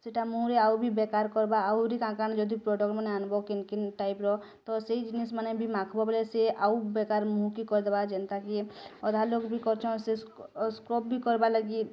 ସେଇଟା ମୁହଁରେ ଆଉ ବି ବେକାର୍ କର୍ବା ଆଉରି କାଣା କାଣା ଯଦି ପ୍ରଡ଼କ୍ଟ୍ ମାନେ ଆଣବ କିନ୍ କିନ୍ ଟାଇପ୍ର ତ ସେଇ ଜିନିଷ୍ ମାନେ ବି ମାଖବ୍ ବଳେ ସେ ଆଉ ବେକାର୍ ମୁହଁ କେ କର୍ ଦେବା ଯେନ୍ତା କି ଅଧା ଲୋକ୍ ଭି କରୁଛନ୍ ସେ ସ୍କ୍ରବ୍ ବି କର୍ବା ଲାଗି